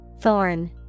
Thorn